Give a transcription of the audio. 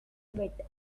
wit